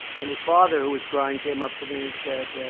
and his father, who was crying, came up to me and said,